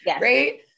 right